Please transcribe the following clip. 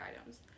items